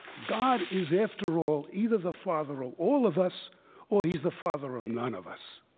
god is, after all, either the father of all of us or he's the father of none of us.